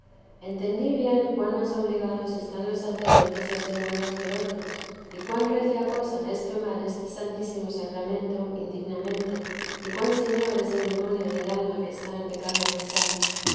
entendí bien cuan más obligados están los sacerdotes a ser buenos que otros y cuan recia cosa es tomar este santísimo sacramento indignamente y cuan señor es el demonio del alma que está en pecado mortal